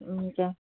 हुन्छ